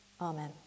Amen